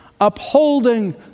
upholding